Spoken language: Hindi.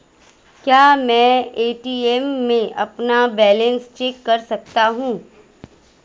क्या मैं ए.टी.एम में अपना बैलेंस चेक कर सकता हूँ?